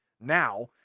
now